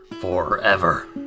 forever